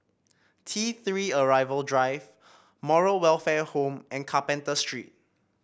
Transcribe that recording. T Three Arrival Drive Moral Welfare Home and Carpenter Street